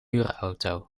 huurauto